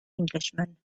englishman